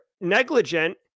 negligent